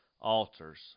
altars